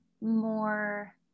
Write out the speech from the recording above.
more